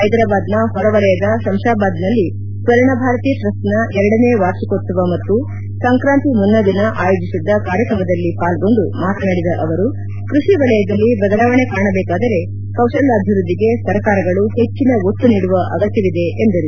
ಹೈದರಾಬಾದ್ನ ಹೊರವಲಯದ ಶಂಶಾಬಾದ್ನಲ್ಲಿ ಸ್ವರ್ಣ ಭಾರತಿ ಟ್ರಸ್ಟ್ನ ಎರಡನೇ ವಾರ್ಷಿಕೋತ್ವವ ಮತ್ತು ಸಂಕ್ರಾಂತಿ ಮುನ್ನ ದಿನ ಆಯೋಜಿಸಿದ್ದ ಕಾರ್ಯಕ್ರಮದಲ್ಲಿ ಪಾಲ್ಗೊಂಡು ಮಾತನಾಡಿದ ಅವರು ಕೃಷಿ ವಲಯದಲ್ಲಿ ಬದಲಾವಣೆ ಕಾಣಬೇಕಾದರೆ ಕೌಶಲಾಭಿವೃದ್ದಿಗೆ ಸರ್ಕಾರಗಳು ಹೆಚ್ಚಿನ ಒತ್ತು ನೀದುವ ಅಗತ್ಯವಿದೆ ಎಂದರು